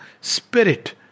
Spirit